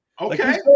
Okay